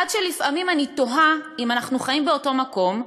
עד שלפעמים אני תוהה אם אנחנו חיים באותו מקום,